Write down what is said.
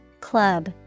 club